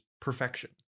perfection